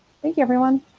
thank you, everyone?